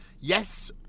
yes